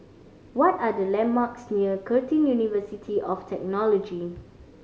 what are the landmarks near Curtin University of Technology